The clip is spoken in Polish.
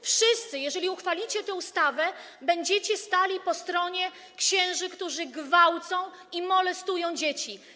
Wszyscy, jeżeli uchwalicie tę ustawę, będziecie stali po stronie księży, którzy gwałcą i molestują dzieci.